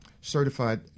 certified